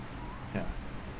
ya